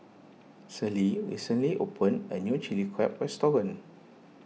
Celie recently opened a new Chili Crab restaurant